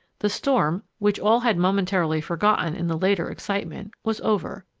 the storm, which all had momentarily forgotten in the later excitement, was over.